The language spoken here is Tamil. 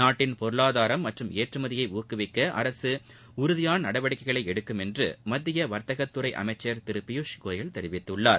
நாட்டின் பொருளாதாரம் மற்றும் ஏற்றுமதியை ஊக்குவிக்க அரசு உறுதியான நடவடிக்கைகளை எடுக்கும் என்று வர்த்தகத்துறை அமைச்சர் திரு பியூஷ்கோயல் தெரிவித்துள்ளார்